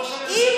הוא ראש הממשלה.